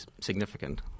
significant